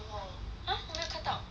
!huh! 我没有看到什么 food